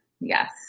Yes